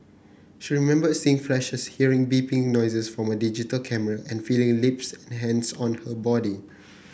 she remembered seeing flashes hearing beeping noises from a digital camera and feeling lips and hands on her body